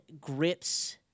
grips